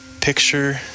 picture